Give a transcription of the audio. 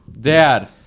Dad